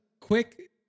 quick